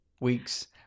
weeks